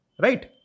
right